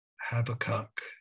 Habakkuk